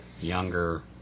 younger